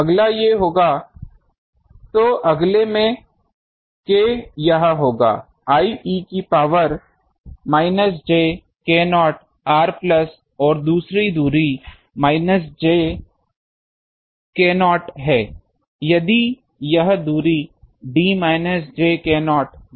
अगला ये होगा तो अगले एक में K यह होगा I e की power minus j k0 r plus और दूसरी दूरी माइनस j k0 है यदि यह दूरी d minus j k0 d by r plus d आदि है